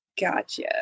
gotcha